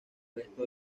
resto